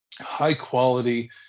high-quality